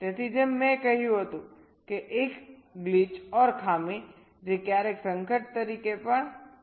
તેથી જેમ મેં કહ્યું હતું કે એક ખામી જે ક્યારેક હાજાર્ડ તરીકે પણ ઓળખાય છે